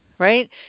Right